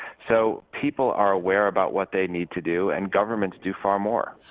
so people are aware about what they need to do and governments do far more.